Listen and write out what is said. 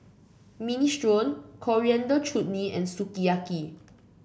Minestrone Coriander Chutney and Sukiyaki